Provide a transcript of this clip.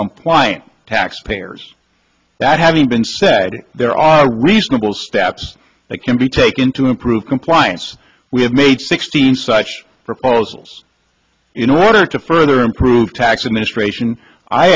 compliant taxpayers that having been said there are reasonable steps that can be taken to improve compliance we have made sixteen such proposals in order to further improve tax